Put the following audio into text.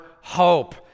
hope